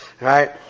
right